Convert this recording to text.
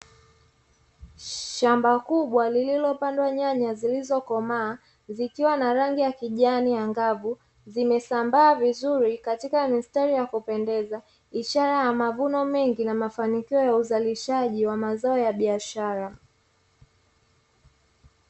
Shamba kubwa lililopandwa nyanya zilizokomaa, zikiwa na rangi ya kijani ngavu, zimesambaa vizuri katika mistari ya kupendeza; ishara ya mavuno mengi na mafanikio ya uzalishaji wa mazao ya biashara.